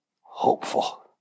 hopeful